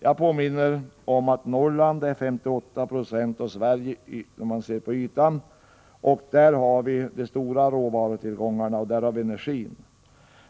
Jag påminner om att Norrland är 58 96 av Sverige, om man ser till ytan — där har vi de stora råvarutillgångarna, och där har vi energin.